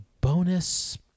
bonus